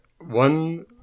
One